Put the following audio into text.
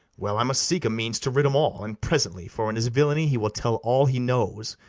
well i must seek a means to rid em all, and presently for in his villany he will tell all he knows,